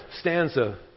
stanza